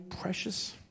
precious